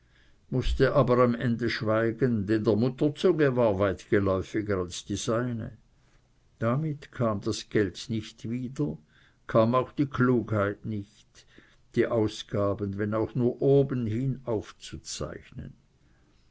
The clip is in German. mußte aber am ende schweigen denn der mutter zunge war weit geläufiger als die seine damit kam das geld nicht wieder kam auch die klugheit nicht die ausgaben wenn auch nur obenhin aufzuzeichnen